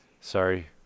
Sorry